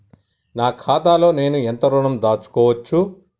నా ఖాతాలో నేను ఎంత ఋణం దాచుకోవచ్చు?